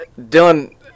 Dylan